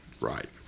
right